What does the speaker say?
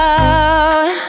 out